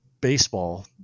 baseball